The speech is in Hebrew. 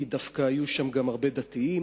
כי דווקא היו שם גם הרבה דתיים,